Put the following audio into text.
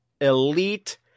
Elite